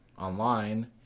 online